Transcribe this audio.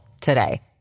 today